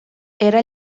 era